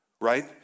right